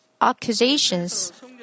accusations